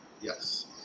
Yes